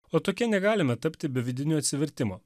o tokie negalime tapti be vidinio atsivertimo